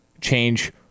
Change